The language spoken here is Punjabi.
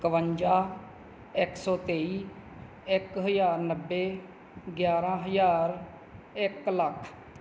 ਇੱਕਵੰਜਾ ਇੱਕ ਸੌ ਤੇਈ ਇੱਕ ਹਜ਼ਾਰ ਨੱਬੇ ਗਿਆਰ੍ਹਾਂ ਹਜ਼ਾਰ ਇੱਕ ਲੱਖ